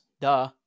Duh